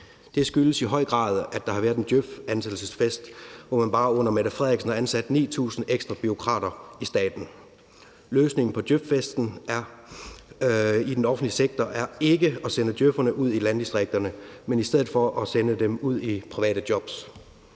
Det skyldes i høj grad, at der har været en djøf-ansættelsesfest, hvor man bare under Mette Frederiksen har ansat 9.000 ekstra bureaukrater i staten. Løsningen på djøf-festen i den offentlige sektor er ikke at sende djøf'erne ud i landdistrikterne, men i stedet at sende dem ud i private jobs.